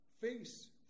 face